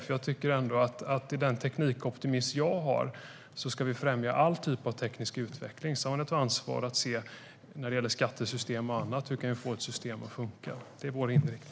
Med den teknikoptimism som jag har tycker jag att vi ska främja all typ av teknisk utveckling. Sedan har vi ett ansvar att se på skattesystem och annat. Hur kan vi få ett system att funka? Det är vår inriktning.